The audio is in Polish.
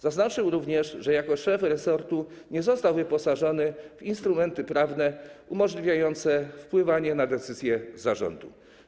Zaznaczył również, że jako szef resortu nie został wyposażony w instrumenty prawne umożliwiające wpływanie na decyzję zarządu.